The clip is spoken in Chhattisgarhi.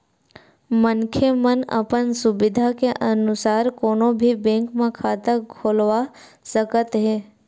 मनखे मन अपन सुबिधा के अनुसार कोनो भी बेंक म खाता खोलवा सकत हे